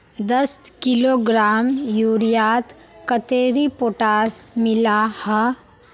दस किलोग्राम यूरियात कतेरी पोटास मिला हाँ?